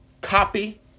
copy